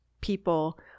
people